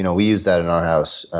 you know we use that in our house,